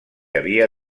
había